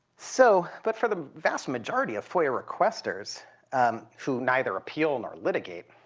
so but for the vast majority of foia requesters who neither appeal nor litigate,